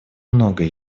многое